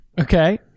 Okay